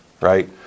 right